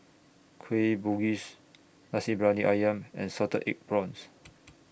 Kueh Bugis Nasi Briyani Ayam and Salted Egg Prawns